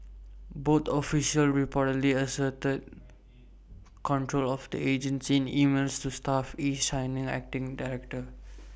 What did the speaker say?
both officials reportedly asserted control of the agency in emails to staff each signing as acting director